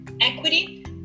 equity